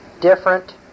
different